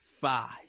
five